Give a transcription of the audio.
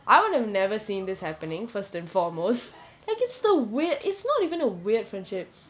I would have never seen this happening first and foremost like it's the weird it's not even a weird friendship